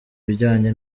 bijyanye